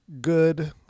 good